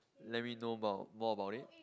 let me know about more about it